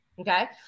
Okay